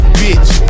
bitch